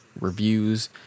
reviews